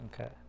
Okay